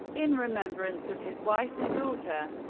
in remembrance of his wife and daughter,